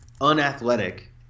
unathletic